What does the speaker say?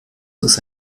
ist